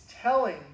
telling